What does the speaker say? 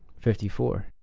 fifty four.